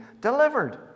delivered